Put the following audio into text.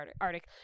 Arctic